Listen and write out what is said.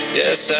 yes